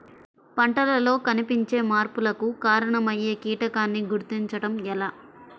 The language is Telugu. పంటలలో కనిపించే మార్పులకు కారణమయ్యే కీటకాన్ని గుర్తుంచటం ఎలా?